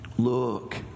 Look